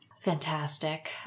Fantastic